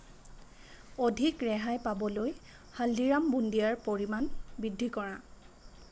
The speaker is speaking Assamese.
অধিক ৰেহাই পাবলৈ হালদিৰাম বুন্দিয়াৰ পৰিমাণ বৃদ্ধি কৰা